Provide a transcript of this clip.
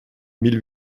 mille